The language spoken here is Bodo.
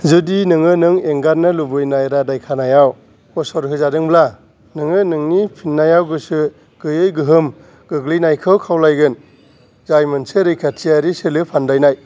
जुदि नोङो नों एंगारनो लुबैनाय रादाय खानायाव गसर होजादोंब्ला नोङो नोंनि फिननायाव गोसो गैयै गोहोम गोगलैनायखौ खावलाइगोन जाय मोनसे रैखाथियारि सोलो फान्दायनाइ